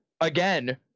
again